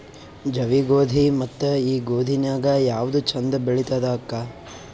ಜವಿ ಗೋಧಿ ಮತ್ತ ಈ ಗೋಧಿ ನ್ಯಾಗ ಯಾವ್ದು ಛಂದ ಬೆಳಿತದ ಅಕ್ಕಾ?